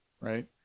Right